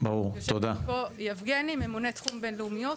ויושב פה יבגני מנהל תחום בינלאומיות,